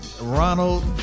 Ronald